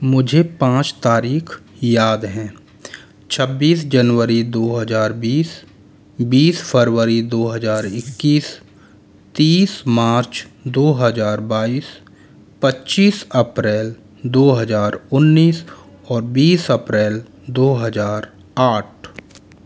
मुझे पाँच तारीख याद हैं छब्बीस जनवरी दो हजार बीस बीस फरवरी दो हजार इक्कीस तीस मार्च दो हजार बाइस पच्चीस अप्रैल दो हजार उन्नीस और बीस अप्रैल दो हजार आठ